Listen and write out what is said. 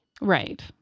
Right